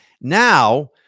Now